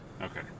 Okay